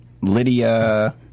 Lydia